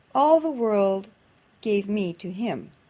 all the world gave me to him.